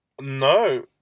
No